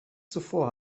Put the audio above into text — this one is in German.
zuvor